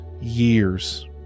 years